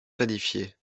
planifié